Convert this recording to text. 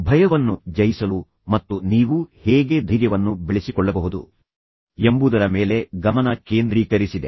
ಭಯವನ್ನು ಜಯಿಸಲು ಮತ್ತು ನೀವು ಹೇಗೆ ಧೈರ್ಯವನ್ನು ಬೆಳೆಸಿಕೊಳ್ಳಬಹುದು ಎಂಬುದರ ಮೇಲೆ ಗಮನ ಕೇಂದ್ರೀಕರಿಸಿದೆ